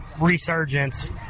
resurgence